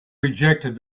rejected